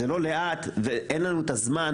זה לא לאט ואין לנו את הזמן.